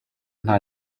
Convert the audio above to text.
nta